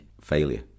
failure